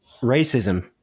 racism